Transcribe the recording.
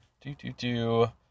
Do-do-do